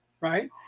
right